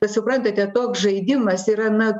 suprantate toks žaidimas yra na